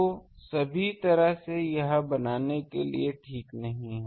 तो सभी तरह से यह बनाने के लिए ठीक नहीं है